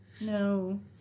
No